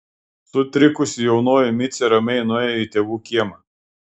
sutrikusi jaunoji micė ramiai nuėjo į tėvų kiemą